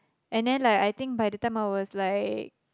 and then like I think by the time I was like